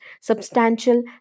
substantial